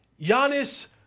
Giannis